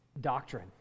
doctrine